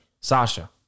Sasha